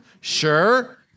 sure